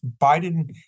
Biden